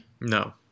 No